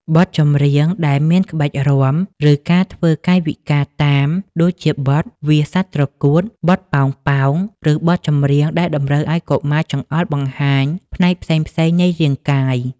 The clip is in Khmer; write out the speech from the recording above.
បទចម្រៀងដែលមានក្បាច់រាំ ឬការធ្វើកាយវិការតាម ដូចជាបទ វាសសត្វត្រកួត បទ ប៉ោងៗ ឬបទចម្រៀងដែលតម្រូវឱ្យកុមារចង្អុលបង្ហាញផ្នែកផ្សេងៗនៃរាងកាយ